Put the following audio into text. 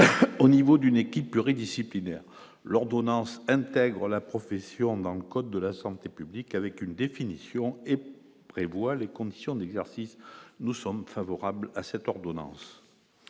au niveau d'une équipe pluridisciplinaire, l'ordonnance intègre la profession dans le code de la santé publique, avec une définition et prévoit les conditions d'exercice, nous sommes favorables à cette ordonnance